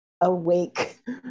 awake